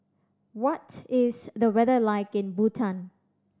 what is the weather like in Bhutan